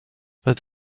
but